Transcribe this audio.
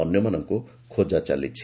ଅନ୍ୟମାନଙ୍କୁ ଖୋଜା ଚାଲିଛି